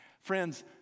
Friends